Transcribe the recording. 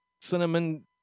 cinnamon